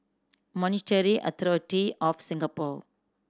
Monetary Authority Of Singapore